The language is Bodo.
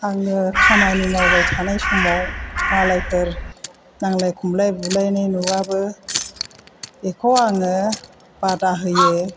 आङो खामानि मावबाय थानाय समाव मालायफोर नांलाय खमलाय बुलायनाय नुबाबो बेखौ आङो बादा होयो